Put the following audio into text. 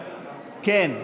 כן.